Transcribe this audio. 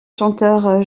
chanteur